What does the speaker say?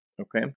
Okay